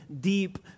deep